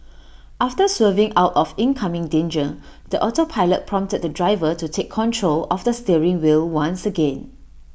after swerving out of incoming danger the autopilot prompted the driver to take control of the steering wheel once again